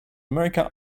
america